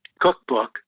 cookbook